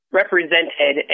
represented